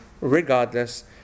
regardless